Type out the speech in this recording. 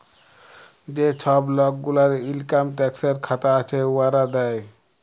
যে ছব লক গুলার ইলকাম ট্যাক্সের খাতা আছে, উয়ারা দেয়